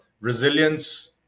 resilience